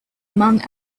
among